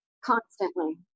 Constantly